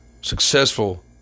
successful